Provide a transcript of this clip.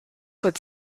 would